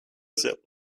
zip